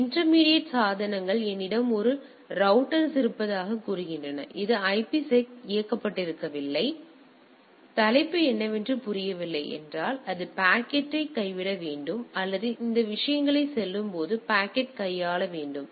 இப்போது இன்டெர்மிடியாட் சாதனங்கள் என்னிடம் ஒரு ரௌட்டர்ஸ் இருப்பதாகக் கூறுகின்றன இது IPSec இயக்கப்பட்டிருக்கவில்லை எனவே தலைப்பு என்னவென்று புரியவில்லை என்றால் அது பாக்கெட்டை கைவிட வேண்டும் அல்லது அது விஷயங்களைச் செல்லும்போது பாக்கெட்டைக் கையாள வேண்டும்